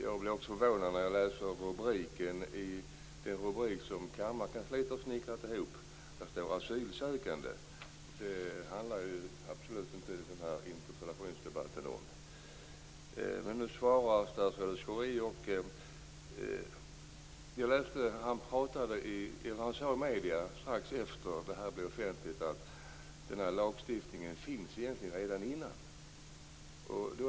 Jag blir också förvånad när jag läser den rubrik som kammarkansliet har snickrat ihop där det står asylsökande. Det handlar absolut inte den här interpellationsdebatten om. Han sade i medierna strax efter att detta blev offentligt att den här lagstiftningen egentligen redan finns.